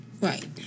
Right